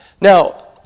Now